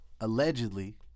allegedly